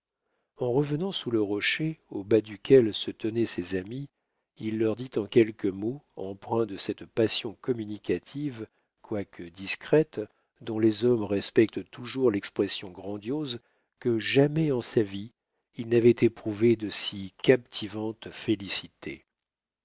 en revenant sous le rocher au bas duquel se tenaient ses amis il leur dit en quelques mots empreints de cette passion communicative quoique discrète dont les hommes respectent toujours l'expression grandiose que jamais en sa vie il n'avait éprouvé de si captivantes félicités